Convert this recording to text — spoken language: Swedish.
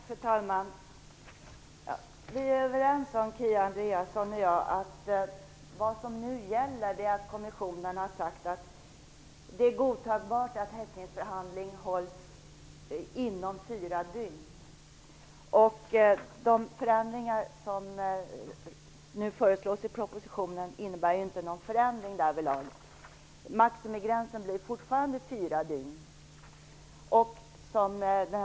Fru talman! Kia Andreasson och jag är överens om att vad som nu gäller är att det i konventionen sägs att det är godtagbart att häktningsförhandling hålls inom fyra dygn. De förändringar som nu föreslås i propositionen innebär inte någon förändring därvidlag. Maximigränsen kommer fortfarande att vara fyra dygn.